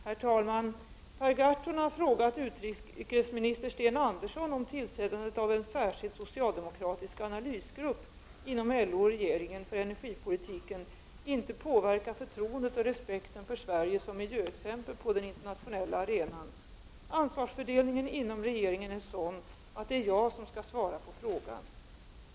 Herr talman! Per Gahrton har frågat utrikesminister Sten Andersson om tillsättandet av en särskild socialdemokratisk analysgrupp inom LO och regeringen för energipolitiken inte påverkar förtroendet och respekten för Sverige som miljöexempel på den internationella arenan. Ansvarsfördelningen inom regeringen är sådan att det är jag som skall svara på frågan.